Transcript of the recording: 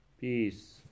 peace